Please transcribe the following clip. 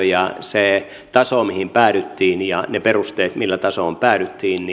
ja se taso mihin päädyttiin ja ne perusteet millä tasoon päädyttiin